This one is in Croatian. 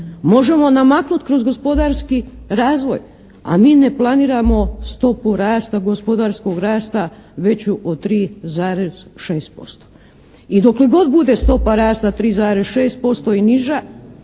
možemo namaknuti kroz gospodarski razvoj, a mi ne planiramo stopu rasta gospodarskog rasta veću od 3,6% i dokle god bude stopa rasta 3,6% i niža,